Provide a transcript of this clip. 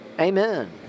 Amen